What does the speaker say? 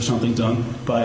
something done b